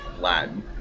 Latin